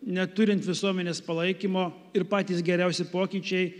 neturint visuomenės palaikymo ir patys geriausi pokyčiai